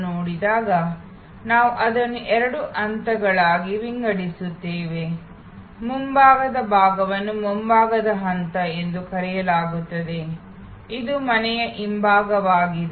ನೋಡಿದಾಗ ನಾವು ಅದನ್ನು ಎರಡು ಹಂತಗಳಾಗಿ ವಿಂಗಡಿಸುತ್ತೇವೆ ಎದುರು ಭಾಗವನ್ನು ಮುಂಭಾಗದ ಹಂತ ಎಂದು ಕರೆಯಲಾಗುತ್ತದೆ ಇದು ಮನೆಯ ಹಿಂಭಾಗವಾಗಿದೆ